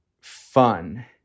fun